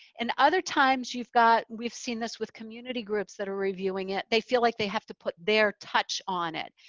and other times you've got. we've seen this with community groups that are reviewing it. they feel like they have to put their touch on it.